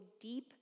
deep